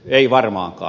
ei varmaankaan